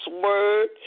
word